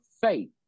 faith